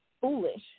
foolish